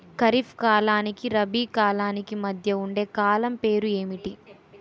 ఖరిఫ్ కాలానికి రబీ కాలానికి మధ్య ఉండే కాలం పేరు ఏమిటి?